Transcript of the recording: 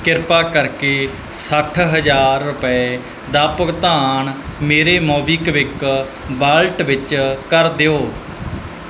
ਕਿਰਪਾ ਕਰਕੇ ਸੱਠ ਹਜ਼ਾਰ ਰੁਪਏ ਦਾ ਭੁਗਤਾਨ ਮੇਰੇ ਮੋਬੀਕਵਿਕ ਵਾਲਟ ਵਿੱਚ ਕਰ ਦਿਓ